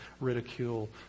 ridicule